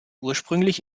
ursprünglich